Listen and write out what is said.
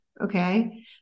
Okay